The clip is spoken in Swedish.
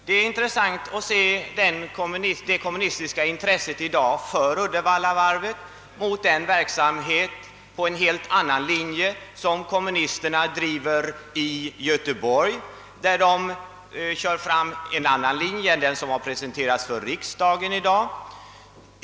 Det kommunistiska intresset för Uddevallavarvet är märkligt sett mot bakgrunden av den verksamhet på en annan linje som kommunisterna driver i Göteborg. Den linjen är någonting helt annat än den som presenteras i riksdagen i dag.